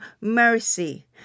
mercy